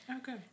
okay